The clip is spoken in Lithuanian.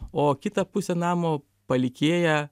o kitą pusę namo palikėja